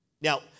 Now